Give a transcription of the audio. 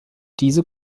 diese